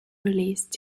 released